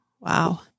Wow